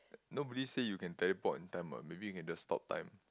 nobody say you can teleport in time what maybe you can just stop time